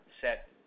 set